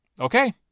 okay